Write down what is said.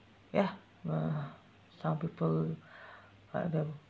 ya uh some people them